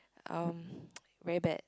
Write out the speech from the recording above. um very bad